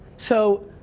so,